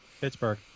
Pittsburgh